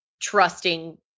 trusting